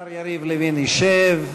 לשמור אמונים למדינת ישראל ולחוקיה,